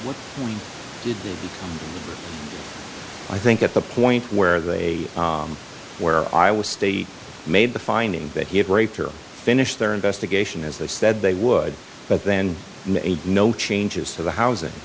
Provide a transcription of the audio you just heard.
did i think at the point where they where i was state made the finding that he had raped or finished their investigation as they said they would but then made no changes to the housing